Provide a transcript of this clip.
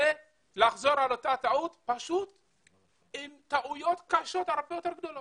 זה לחזור על אותה טעות ולעשות טעויות הרבה יותר קשות וגדולות.